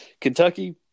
Kentucky –